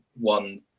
one